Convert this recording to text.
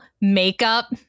makeup